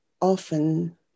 often